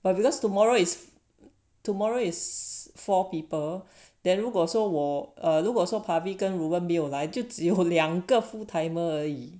but because tomorrow is tomorrow is four people then 如果 err 如果说 pabi reuben 来就只有两个 full timer 而已